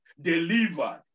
delivered